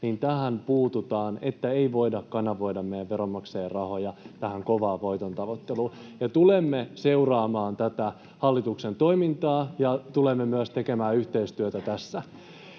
niin tähän puututaan, ei voida kanavoida meidän veronmaksajien rahoja tähän kovaan voitontavoitteluun. Tulemme seuraamaan tätä hallituksen toimintaa ja tulemme myös tekemään yhteistyötä tässä.